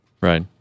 Right